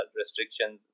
restrictions